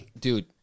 Dude